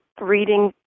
reading